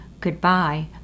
goodbye